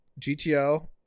GTO